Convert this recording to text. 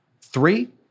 Three